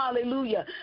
hallelujah